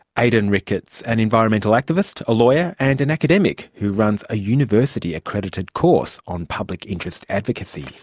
aidan ricketts, an environmental activist, a lawyer and an academic who runs a university accredited course on public interest advocacy.